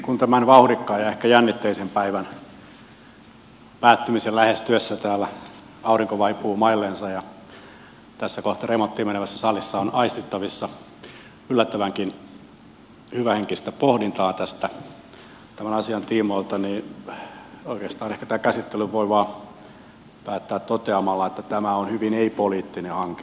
kun tämän vauhdikkaan ja ehkä jännitteisen päivän päättymisen lähestyessä täällä aurinko vaipuu maillensa ja tässä kohta remonttiin menevässä salissa on aistittavissa yllättävänkin hyvähenkistä pohdintaa tämän asian tiimoilta niin oikeastaan ehkä tämän käsittelyn voi vain päättää toteamalla että tämä on hyvin ei poliittinen hanke